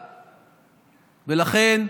ולכן,